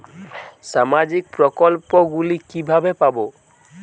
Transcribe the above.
সামাজিক প্রকল্প গুলি কিভাবে পাব?